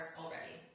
already